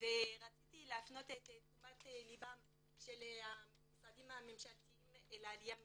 רציתי להפנות את תשומת הלב של המשרדים הממשלתיים לעלייה מצרפת.